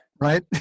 right